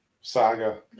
saga